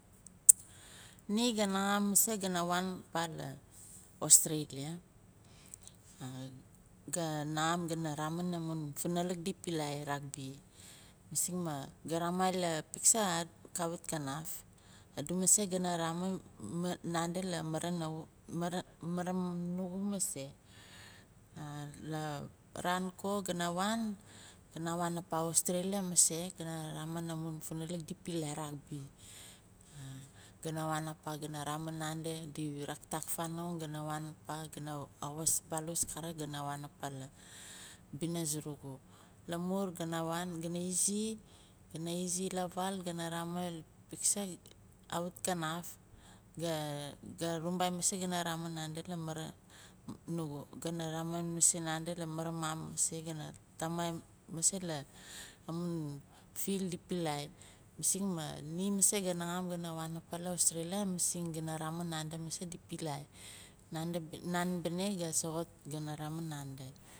Ni ga naxam mase gana waan mase pala australia ga naxam gana ramin amun funalik di pilai rugby masing maah ga ramaqi la piksa kawit kanaf adu mase gana ramin nandi la mase la raan ko gana waan gana waan apa australia mase gana ramin amun funalik di pilai rugby gana waan apa gana ramin nandi raktak fanong gana kaawas karik balus gana waan apa labina surugu lamun gana waan gana izi la vaal gana ramin kawit na naf ga rumbai mase mara nugu gana ramin mase mara maam mase gana tamai mase la amun field di pilai masing maah ni mase ga naxam gana waan apa la australia mising dina ramin mase nandi di pilai nan bene ga soxot gana ramin nandi.